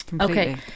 Okay